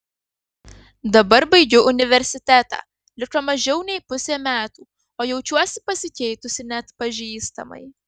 dabar baigiu universitetą liko mažiau nei pusė metų o jaučiuosi pasikeitusi neatpažįstamai